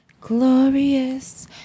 Glorious